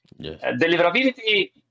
deliverability